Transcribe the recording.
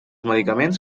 medicaments